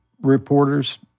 reporters